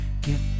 get